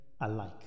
alike